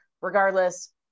Regardless